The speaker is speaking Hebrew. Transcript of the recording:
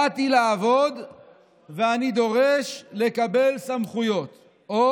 באתי לעבוד ואני דורש לקבל סמכויות או